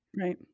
right